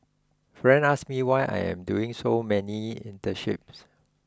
friends ask me why I am doing so many internships